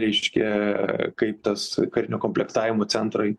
reiškia kaip tas karinio komplektavimo centrai